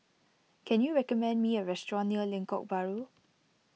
can you recommend me a restaurant near Lengkok Bahru